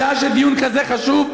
בשעה של דיון כזה חשוב,